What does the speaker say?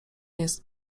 jest